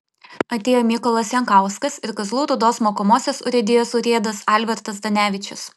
atėjo mykolas jankauskas ir kazlų rūdos mokomosios urėdijos urėdas albertas zdanevičius